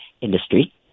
industry